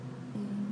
נורמלי,